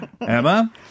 Emma